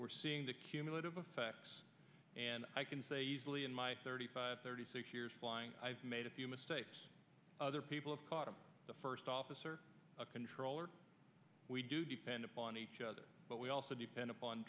we're seeing the cumulative effect and i can say easily in my thirty five thirty six years flying i've made a few mistakes other people have caught the first officer a controller we do depend upon each other but we also depend upon